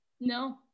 No